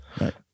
Right